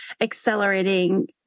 accelerating